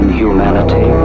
humanity